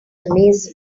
amazing